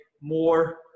more